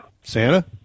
Santa